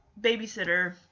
babysitter